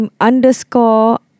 underscore